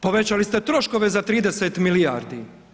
Povećali ste troškove za 30 milijardi.